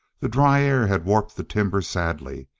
the dry air had warped the timber sadly,